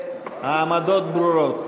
העמדות ברורות.